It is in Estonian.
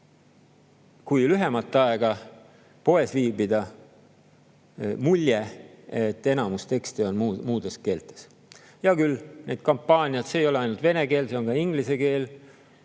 kui lühemat aega poes viibida, et enamus teksti on muudes keeltes. Hea küll, neid kampaaniaid on, see ei ole ainult vene keel, on ka inglise keel.